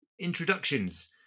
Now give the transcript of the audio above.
introductions